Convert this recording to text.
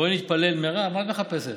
בואי נתפלל, מרב, מה את מחפשת?